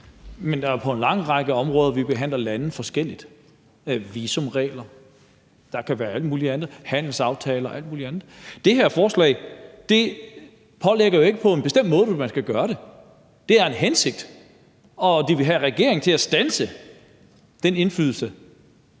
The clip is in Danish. er jo en lang række områder, hvor vi behandler lande forskelligt: visumregler, handelsaftaler, og der kan være alt muligt andet. Det her forslag pålægger jo ikke nogen en bestemt måde, man skal gøre det på – det er en hensigt, at man vil have regeringen til at standse den indflydelse.